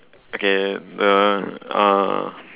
okay the uh